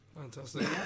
fantastic